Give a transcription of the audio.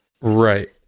Right